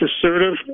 assertive